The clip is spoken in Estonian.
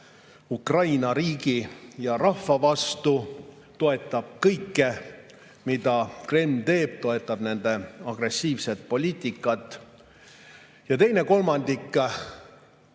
Ukraina riigi ja rahva vastu, toetab kõike, mida Kreml teeb, toetab nende agressiivset poliitikat. Ja teine kolmandik